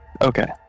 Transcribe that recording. Okay